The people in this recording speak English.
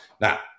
Now